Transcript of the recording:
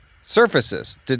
surfaces